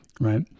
right